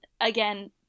again